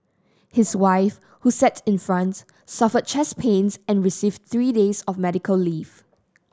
his wife who sat in front suffered chest pains and received three days of medical leave